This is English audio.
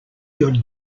your